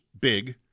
big